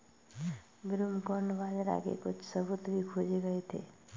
broomcorn बाजरा के कुछ सबूत भी खोजे गए थे